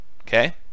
Okay